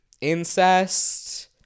incest